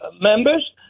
members